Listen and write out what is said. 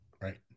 Right